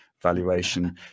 valuation